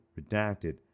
Redacted